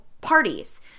parties